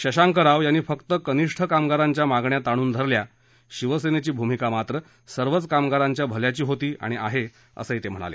शशांक राव यांनी फक्त कनिष्ठ कामगारांच्या मागण्या ताणून धरल्या शिवसेनेची भूमिका मात्र सर्वच कामगारांच्या भल्याची होती आणि आहे असं ते म्हणाले